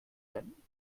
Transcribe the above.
nennen